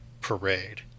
parade